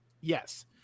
Yes